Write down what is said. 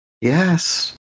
Yes